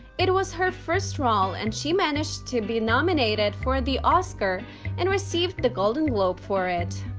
it was her first role and she managed to be nominated for the oscar and received the golden globe for it.